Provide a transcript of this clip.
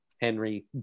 Henry